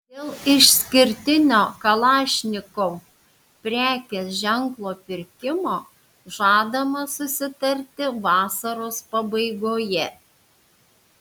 dėl išskirtinio kalašnikov prekės ženklo pirkimo žadama susitarti vasaros pabaigoje